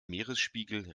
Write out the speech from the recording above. meeresspiegel